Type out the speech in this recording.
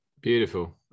Beautiful